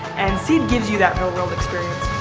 and seed gives you that real-world experience.